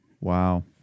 Wow